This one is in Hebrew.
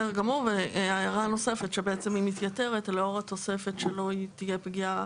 ההערה הנוספת מתייתרת לאור התוספת שאומרת שלא תהיה פגיעה